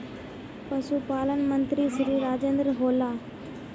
पशुपालन मंत्री श्री राजेन्द्र होला?